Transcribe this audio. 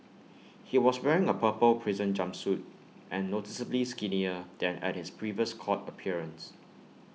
he was wearing A purple prison jumpsuit and noticeably skinnier than at his previous court appearance